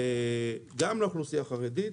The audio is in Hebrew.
גם לאוכלוסייה החרדית.